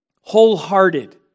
wholehearted